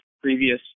previous